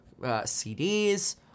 CDs